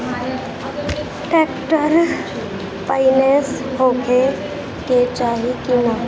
Tractor पाईनेस होखे के चाही कि ना?